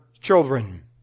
children